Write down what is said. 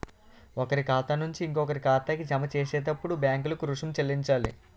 ఒకరి ఖాతా నుంచి ఇంకొకరి ఖాతాకి జమ చేసేటప్పుడు బ్యాంకులకు రుసుం చెల్లించాలి